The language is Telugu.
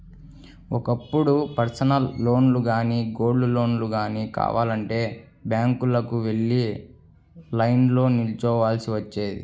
ఒకప్పుడు పర్సనల్ లోన్లు గానీ, గోల్డ్ లోన్లు గానీ కావాలంటే బ్యాంకులకు వెళ్లి లైన్లో నిల్చోవాల్సి వచ్చేది